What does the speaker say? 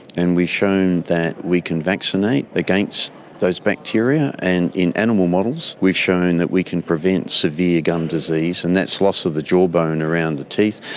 and we've shown that we can vaccinate against those bacteria. and in animal models we've shown that we can prevent severe gum disease, and that's loss of the jawbone and around the teeth,